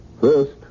First